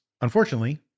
unfortunately